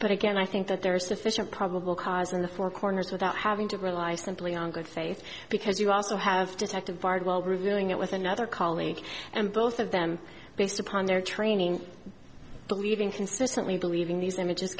but again i think that there is sufficient probable cause in the four corners without having to rely simply on good faith because you also have detectives bardwell revealing it with another colleague and both of them based upon their training believing consistently believing these images